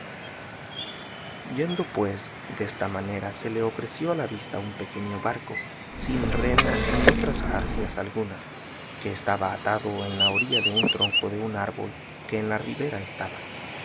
yendo pues desta manera se le ofreció a la vista un pequeño barco sin remos ni otras jarcias algunas que estaba atado en la orilla a un tronco de un árbol que en la ribera estaba